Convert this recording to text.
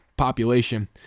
population